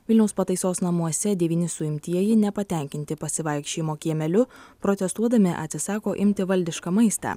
vilniaus pataisos namuose devyni suimtieji nepatenkinti pasivaikščiojimo kiemeliu protestuodami atsisako imti valdišką maistą